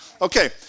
Okay